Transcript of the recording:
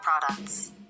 products